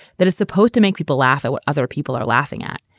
that it's supposed to make people laugh at what other people are laughing at.